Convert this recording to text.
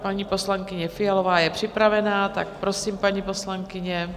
Paní poslankyně Fialová je připravena, tak prosím, paní poslankyně.